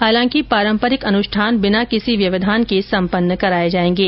हालांकि पारम्परिक अनुष्ठान बिना किसी व्यवधान के सम्पन्न कराए जाएंगे